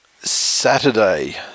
Saturday